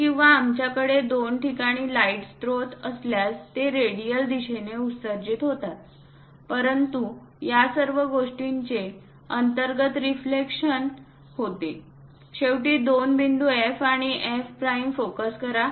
किंवा आमच्याकडे दोन ठिकाणी लाईट स्रोत असल्यास ते रेडियल दिशेने उत्सर्जित होतात परंतु या सर्व गोष्टींचे अंतर्गत रिफ्लेक्शन होते शेवटी दोन बिंदू F आणि F प्राइम फोकस करा